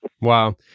Wow